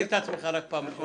בבקשה.